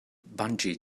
bungee